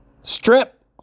Strip